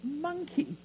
monkey